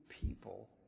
people